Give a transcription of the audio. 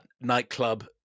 nightclub